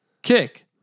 Kick